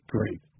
Great